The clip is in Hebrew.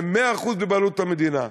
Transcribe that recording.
הם מאה אחוז בבעלות המדינה.